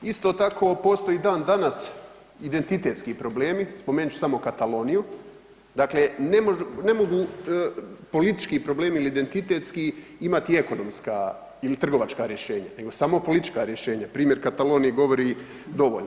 Isto tako postoji dan danas identitetski problemi, spomenut ću samo Kataloniju, dakle ne mogu politički problemi ili identitetski imati ekonomska ili trgovačka rješenja nego samo politička rješenja, primjer Katalonije govori dovoljno.